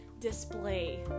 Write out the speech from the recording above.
display